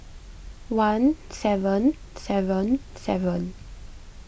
one seven seven seven